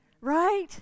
Right